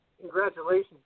congratulations